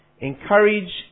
encourage